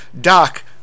Doc